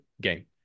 game